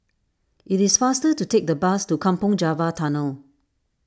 it is faster to take the bus to Kampong Java Tunnel